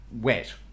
wet